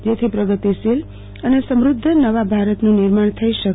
જેથી પ્રગતિશીલ અને સમુદ્ર નવા ભારતનું નિર્માણ થઈ શકે